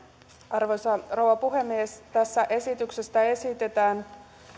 arvoisa rouva puhemies tässä esityksessä esitetään